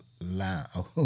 loud